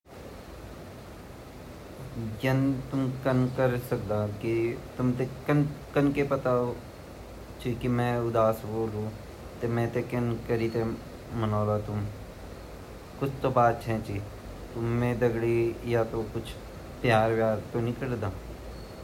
अगर जब भी मै उदास वोंदु मतलब केते ता पता वोंदु की मै कन के हास्लु अगर बच्चा छिन ता वे माँ ते पता ची की वेगि आदत क्या ची वेते हसोंड़ो ते अगर क्वे प्रेमी-प्रेमिका छीन ता उते भी आपस मा पता वोंदु की हमुन कनके हसोड़ अगर क्वे ऑफिसा ची ता ऑफिस वलु ते भी हमते टेक्स्ट द्वारा कन न कन के हसोंड़े आदत रखन चैन।